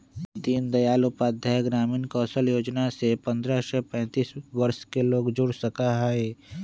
दीन दयाल उपाध्याय ग्रामीण कौशल योजना से पंद्रह से पैतींस वर्ष के लोग जुड़ सका हई